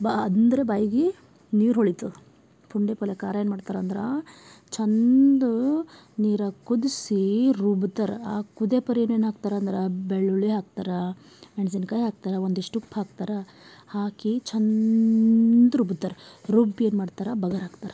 ಬಾ ಅಂದ್ರ ಬಾಯಿಗಿ ನೀರು ಹೊಳಿತದ ಪುಂಡೆ ಪಲ್ಯ ಖಾರ ಏನ್ಮಾಡ್ತಾರಂದರ ಛಂದ ನೀರು ಹಾಕಿ ಕುದಿಸಿ ರುಬ್ತರಾ ಆ ಕುದೇ ಪರ್ ಏನೇನು ಹಾಕ್ತಾರಂದರ ಬೆಳ್ಳುಳ್ಳಿ ಹಾಕ್ತಾರ ಮೆಣಸಿನ್ಕಾಯ್ ಹಾಕ್ತಾರ ಒಂದಿಷ್ಟು ಉಪ್ಪು ಹಾಕ್ತಾರ ಹಾಕಿ ಛಂದ ರುಬ್ತಾರ ರುಬ್ಬಿ ಏನ್ಮಾಡ್ತಾರ ಬಗರ್ ಹಾಕ್ತಾರ